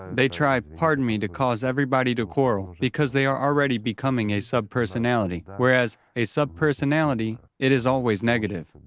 they try, pardon me, to cause everybody to quarrel, because they are already becoming a subpersonality. whereas, a subpersonality it is always negative.